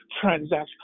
transaction